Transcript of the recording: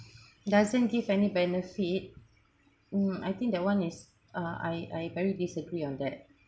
doesn't give any benefit mm I think that [one] is uh I I very disagree on that